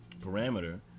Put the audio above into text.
parameter